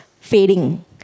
fading